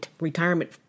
retirement